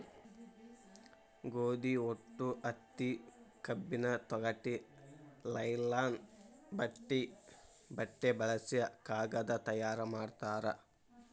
ಗೋದಿ ಹೊಟ್ಟು ಹತ್ತಿ ಕಬ್ಬಿನ ತೊಗಟಿ ಲೈಲನ್ ಬಟ್ಟೆ ಬಳಸಿ ಕಾಗದಾ ತಯಾರ ಮಾಡ್ತಾರ